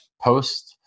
post